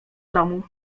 domu